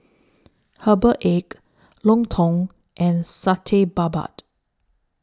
Herbal Egg Lontong and Satay Babat